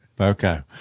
Okay